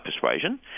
persuasion